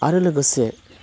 आरो लोगोसे